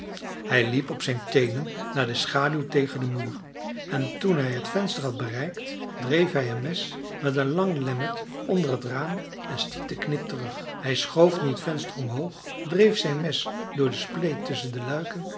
hij liep op zijn teenen naar de schaduw tegen den muur en toen hij het venster had bereikt dreef hij een mes met een lang lemmet onder het raam en stiet de knip terug hij schoof nu het venster omhoog dreef zijn mes door de spleet tusschen de luiken